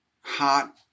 hot